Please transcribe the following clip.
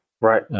right